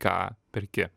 ką perki